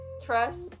trust